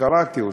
וקראתי אותם,